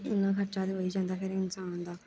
इ'न्ना खर्चा ते होई जंदा फिर इंसान दा